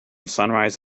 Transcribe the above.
sunrise